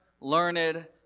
learned